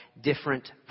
Different